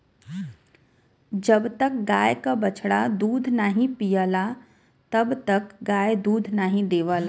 जब तक गाय क बछड़ा दूध नाहीं पियला तब तक गाय दूध नाहीं देवला